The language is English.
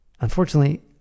unfortunately